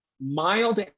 Mild